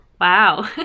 wow